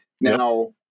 now